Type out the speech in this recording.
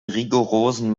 rigorosen